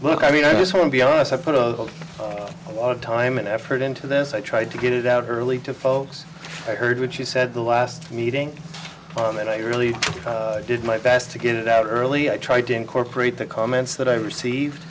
look i mean i just want to be honest i put a lot of time and effort into this i tried to get it out early to folks i heard which he said the last meeting and i really did my best to get it out early i tried to incorporate the comments that i received